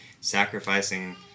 sacrificing